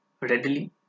readily